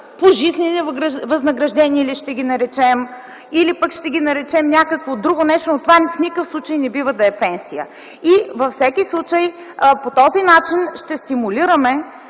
пожизнени възнаграждения ли ще ги наречем, или пък ще ги наречем някакво друго нещо, но това в никакъв случай не бива да е пенсия. Във всеки случай по този начин ще стимулираме